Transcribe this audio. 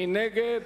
מי נגד?